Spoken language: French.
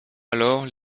alors